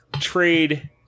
trade